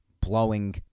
blowing